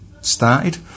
started